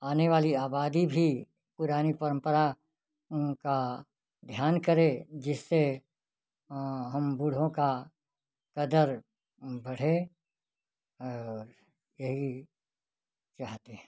आने वाली आबादी भी पुरानी परंपरा का ध्यान करें जिससे हम बूढ़ों का कदर बढ़े और यही चाहते हैं